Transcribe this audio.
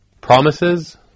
promises